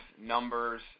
numbers